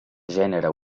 gènere